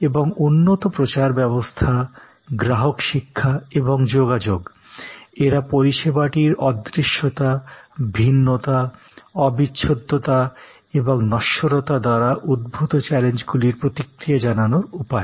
এবং উন্নত প্রচার ব্যবস্থা গ্রাহক শিক্ষা এবং যোগাযোগ এরা পরিষেবাটির অদৃশ্যতা ভিন্নতা অবিচ্ছেদ্যতা এবং নশ্বরতা দ্বারা উদ্ভূত চ্যালেঞ্জগুলির প্রতিক্রিয়া জানানোর উপায়